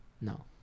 No